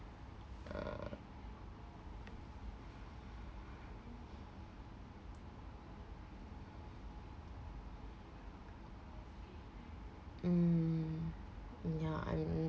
mm ya I mean